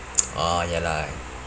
orh ya lah